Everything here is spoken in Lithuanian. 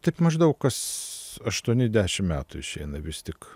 tik maždaug kas aštuonidešimt metų išeina vis tik